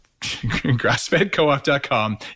grassfedcoop.com